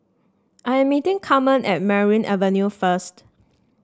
I am meeting Carmen at Merryn Avenue first